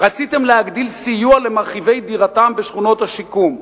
רציתם להגדיל סיוע למרחיבי דירתם בשכונות השיקום,